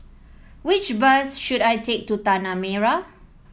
which bus should I take to Tanah Merah